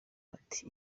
ati